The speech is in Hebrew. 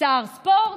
שר ספורט.